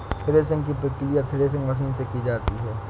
threshing की प्रकिया threshing machine से की जाती है